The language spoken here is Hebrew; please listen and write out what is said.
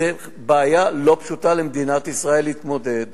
זו בעיה לא פשוטה למדינת ישראל להתמודד עמה.